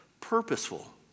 purposeful